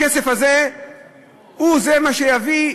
הכסף הזה הוא מה שיביא?